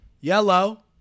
Yellow